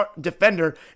defender